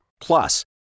Plus